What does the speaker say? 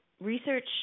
research